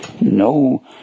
no